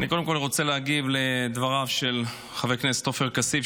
קודם כול אני רוצה להגיב לדבריו של חבר הכנסת עופר כסיף,